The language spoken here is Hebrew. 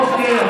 אוקיי.